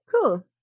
Cool